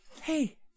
Hey